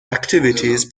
activities